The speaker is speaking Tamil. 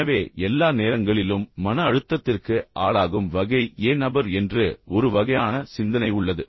எனவே எல்லா நேரங்களிலும் மன அழுத்தத்திற்கு ஆளாகும் வகை ஏ நபர் என்று ஒரு வகையான சிந்தனை உள்ளது